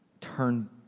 turn